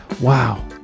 wow